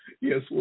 Yes